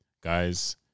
guys